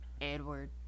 Edward